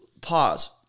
pause